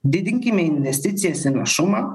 didinkime investicijas į našumą